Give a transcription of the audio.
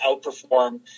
outperform